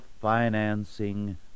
financing